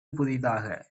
புதிதாக